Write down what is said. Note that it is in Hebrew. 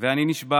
אני נשבע